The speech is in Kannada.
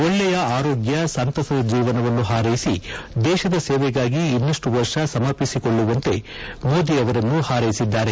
ಒಳ್ಳೆಯ ಆರೋಗ್ಯ ಸಂತಸದ ಜೀವನವನ್ನು ಹಾರೈಸಿ ದೇಶದ ಸೇವೆಗಾಗಿ ಇನ್ನಷ್ಟು ವರ್ಷ ಸಮರ್ಪಿಸಿಕೊಳ್ಳುವಂತೆ ಎಂದು ಮೋದಿ ಅವರನ್ನು ಹಾರೈಸಿದ್ದಾರೆ